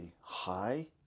high